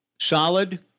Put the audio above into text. solid